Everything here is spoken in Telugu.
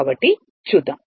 కాబట్టి చూద్దాం